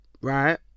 Right